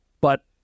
but-